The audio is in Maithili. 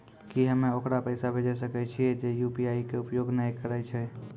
की हम्मय ओकरा पैसा भेजै सकय छियै जे यु.पी.आई के उपयोग नए करे छै?